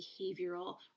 behavioral